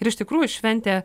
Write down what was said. ir iš tikrųjų šventė